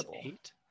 eight